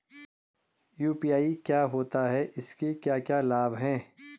UPI क्या होता है इसके क्या क्या लाभ हैं?